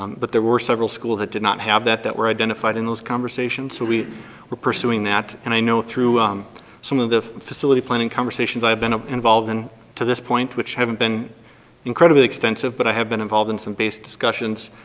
um but there were were several schools that did not have that that were identified in those conversations so we were pursuing that and i know through some of the facility planning conversations i have been involved in to this point, which haven't been incredibly extensive but i have been involved in some base discussions,